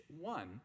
one